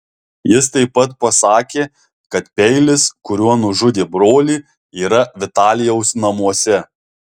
jis taip pat pasakė kad peilis kuriuo nužudė brolį yra vitalijaus namuose